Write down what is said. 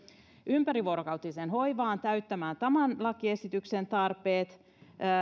ympärivuorokautiseen hoivaan täyttämään tämän lakiesityksen tarpeet ja